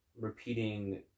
repeating